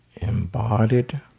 embodied